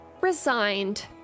resigned